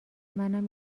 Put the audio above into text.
منم